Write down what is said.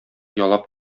ялап